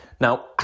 Now